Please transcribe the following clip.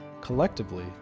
Collectively